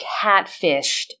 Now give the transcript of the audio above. catfished